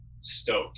stoked